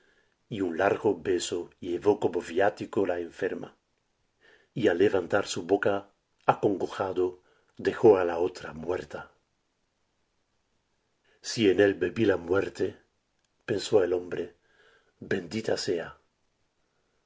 y un largo beso llevó como viático la enferma y al levantar su boca acongojado dejó á la otra muerta si en él bebí la muerte pensó el hombre bendita sea